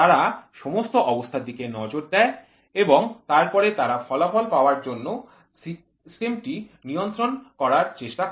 তারা সমস্ত অবস্থার দিকে নজর দেয় এবং তারপরে তারা ফলাফল পাওয়ার জন্য সিস্টেমটি নিয়ন্ত্রণ করার চেষ্টা করে